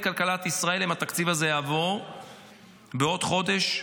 כלכלת ישראל אם התקציב הזה יעבור בעוד חודש,